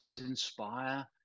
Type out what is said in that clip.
inspire